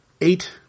eight